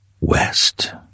West